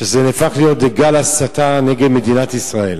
שזה נהפך להיות גל הסתה נגד מדינת ישראל.